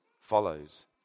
follows